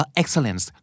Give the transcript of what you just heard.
excellence